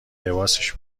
لباسش